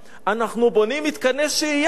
אנחנו בונים מתקני שהייה,